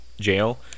jail